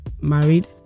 married